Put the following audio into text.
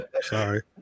sorry